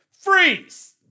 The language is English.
Freeze